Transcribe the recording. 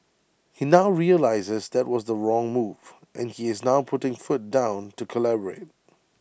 he now realises that was the wrong move and he is now putting foot down to collaborate